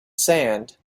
sand